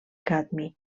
cadmi